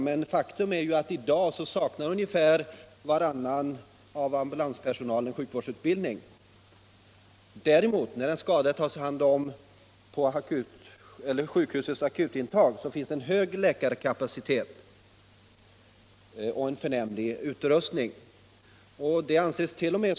Men faktum är att i dag ungefär varannan ambulansförare saknar sjukvårdsutbildning. På sjukhusens akutmottagningar finns däremot en hög läkarkapacitet och en förnämlig utrustning. Det ansest.o.m.